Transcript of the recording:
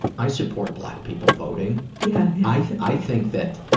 i support black people voting, yeah i i think that,